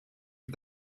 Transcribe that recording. for